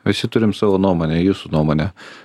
visi turim savo nuomonę jūsų nuomone